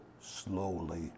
slowly